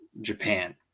Japan